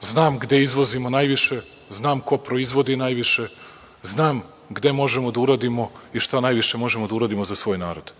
Znam gde izvozimo najviše, znam ko proizvodi najviše, znam gde možemo da uradimo i šta najviše možemo da uradimo za svoj narod.